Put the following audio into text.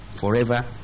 forever